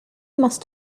must